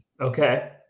Okay